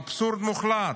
אבסורד מוחלט.